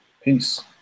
Peace